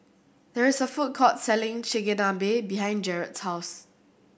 there is a food court selling Chigenabe behind Jerrad's house